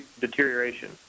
deterioration